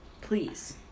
Please